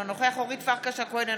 אינו נוכח אורית פרקש הכהן,